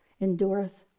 endureth